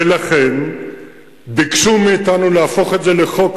לכן, ביקשו מאתנו להפוך את זה לחוק.